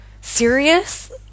serious